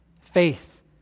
faith